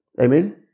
Amen